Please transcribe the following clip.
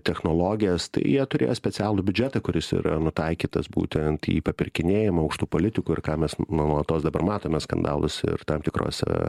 technologijas tai jie turėjo specialų biudžetą kuris yra nutaikytas būtent į papirkinėjimą aukštų politikų ir ką mes nuolatos dabar matome skandalus ir tam tikrose